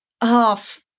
half